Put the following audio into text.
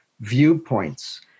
viewpoints